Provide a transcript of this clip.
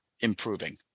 improving